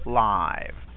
live